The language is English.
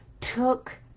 took